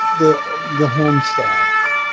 the the home staff.